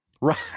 right